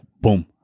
boom